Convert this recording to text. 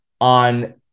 on